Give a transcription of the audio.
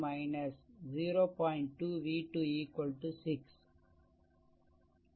2 v2 6